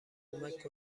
کمک